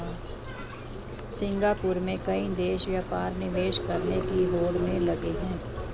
Singapore में कई देश व्यापार निवेश करने की होड़ में लगे हैं